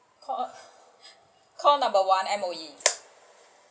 call number one M_O_E